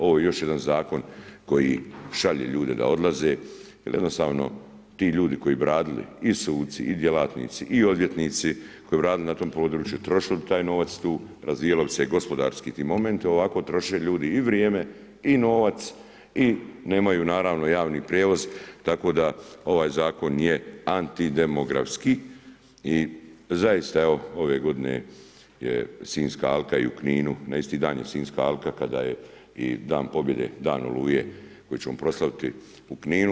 Ovo je još jedan zakon, koji šalje ljude da odlaze, jer jednostavno, ti ljudi, koji bi radili suci i djelatnici i odvjetnici, koji bi radili na tom području, trošili bi taj novac tu razvijalo bi se i gospodarski i momenti, ovako troše ljudi i vrijeme i novac i nemaju naravno javni prijevoz, tako da ovaj zakon je antidemografski i zaista evo ove g. je Sinjska alka i u Kninu, na isti dan je Sinjska alka, kada je i dan pobjede dan Oluje, koje ćemo proslaviti u Kninu.